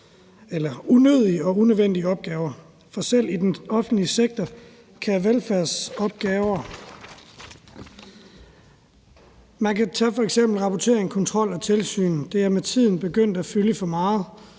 for unødige og unødvendige opgaver, for selv i den offentlige sektor er velfærdsopgaver som f.eks. rapportering, kontrol og tilsyn med tiden begyndt at fylde for meget.